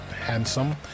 handsome